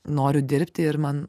noriu dirbti ir man